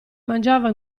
mangiava